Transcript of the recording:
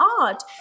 art